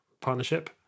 partnership